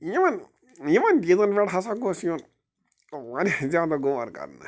یِمن یِمن چیٖزن پیٚٹھ ہَسا گوٚژھ یُن وارِیاہ زیادٕ غور کرنہٕ